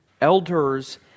elders